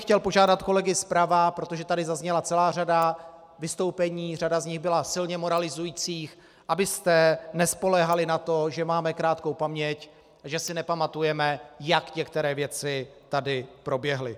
Chtěl bych požádat kolegy zprava, protože tady zazněla celá řada vystoupení, řada z nich byla silně moralizujících, abyste nespoléhali na to, že máme krátkou paměť a že si nepamatujeme, jak některé věci tady proběhly.